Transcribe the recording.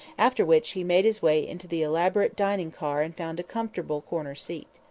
after which he made his way into the elaborate dining-car and found a comfortable corner seat.